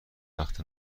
وقت